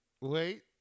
wait